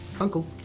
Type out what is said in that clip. Uncle